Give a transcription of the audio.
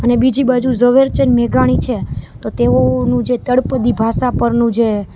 અને બીજી બાજુ ઝવેરચંદ મેઘાણી છે તો તેઓનું જે તળપદી ભાષા પરનું જે